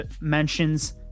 mentions